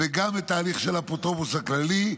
וגם את ההליך של האפוטרופוס הכללי,